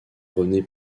rené